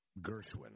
gershwin